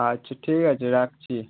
আচ্ছা ঠিক আছে রাখছি